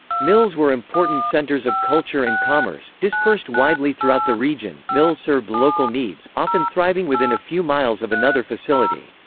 mills were important centers of culture and commerce dispersed widely throughout the region, mills served local needs, often thriving within a few miles of another facility.